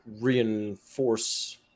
reinforce